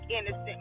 innocent